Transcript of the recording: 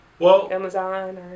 Amazon